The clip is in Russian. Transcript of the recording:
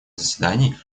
заседаний